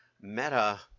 Meta